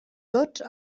tots